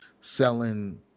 selling